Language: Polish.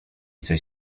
coś